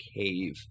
cave